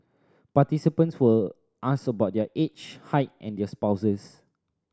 participants were asked about their age height and their spouses